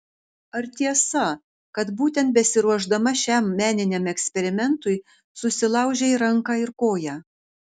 ar tiesa kad būtent besiruošdama šiam meniniam eksperimentui susilaužei ranką ir koją